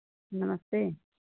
नमस्ते